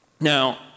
Now